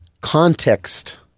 context